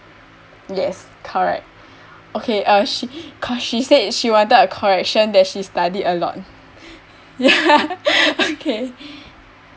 yes correct okay uh she cause she said she wanted a correction that she studied a lot ya okay